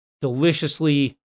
deliciously